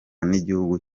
n’igihugu